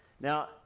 Now